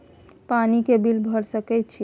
पानी के बिल भर सके छियै?